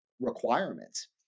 requirements